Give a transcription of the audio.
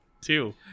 Two